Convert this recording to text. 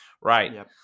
Right